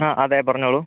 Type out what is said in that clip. ആ അതേ പറഞ്ഞോളൂ